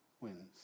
wins